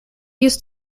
used